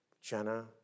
Jenna